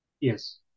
Yes